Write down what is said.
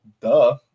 duh